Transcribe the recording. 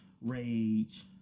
rage